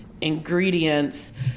ingredients